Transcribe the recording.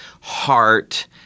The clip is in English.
heart